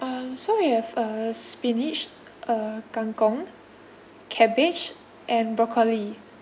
um so we have uh spinach uh kang kong cabbage and broccoli